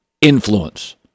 influence